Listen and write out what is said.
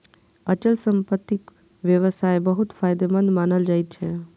अचल संपत्तिक व्यवसाय बहुत फायदेमंद मानल जाइ छै